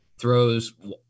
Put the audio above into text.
throws